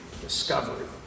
discovery